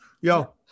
yo